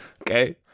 Okay